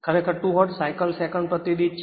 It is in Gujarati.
ખરેખર 2 હર્ટઝ સાઇકલ સેકંડ દીઠ છે